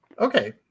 okay